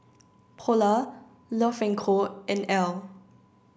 Polar Love and Co and Elle